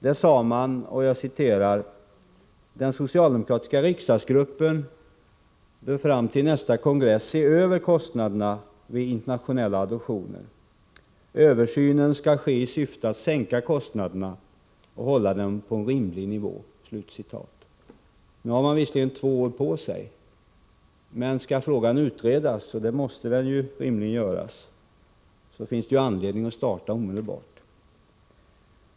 Där sade man: ”Den socialdemokratiska riksdagsgruppen bör —-—- fram till nästa kongress se över kostnaderna vid internationella adoptioner. Översynen skall ske i syfte att sänka kostnaderna och hålla dem på en rimlig nivå.” Nu har man visserligen två år på sig, men skall frågan utredas — och det måste den rimligen —- finns det anledning att starta omedelbart.